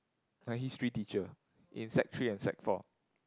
my History teacher in sec three and sec four